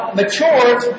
matures